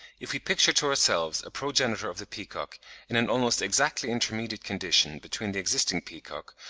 if we picture to ourselves a progenitor of the peacock in an almost exactly intermediate condition between the existing peacock,